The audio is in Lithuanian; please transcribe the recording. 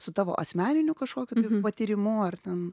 su tavo asmeniniu kažkokiu tai patyrimu ar ten